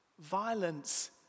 Violence